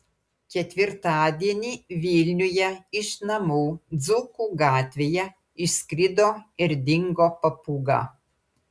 ketvirtadienį vilniuje iš namų dzūkų gatvėje išskrido ir dingo papūga